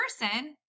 person